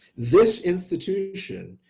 this institution.